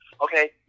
Okay